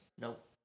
Nope